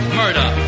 murder